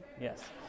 yes